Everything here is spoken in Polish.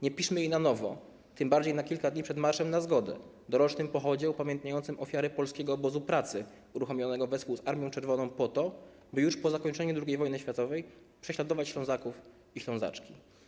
Nie piszmy jej na nowo, tym bardziej na kilka dni przed Marszem na Zgodę - dorocznym pochodem upamiętniającym ofiary polskiego obozu pracy uruchomionego wespół z Armią Czerwoną po to, by już po zakończeniu II wojny światowej prześladować Ślązaków i Ślązaczki.